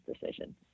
decision